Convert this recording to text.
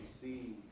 see